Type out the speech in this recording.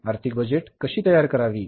आर्थिक बजेट कशी तयार करावी